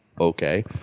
Okay